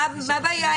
מה הבעיה?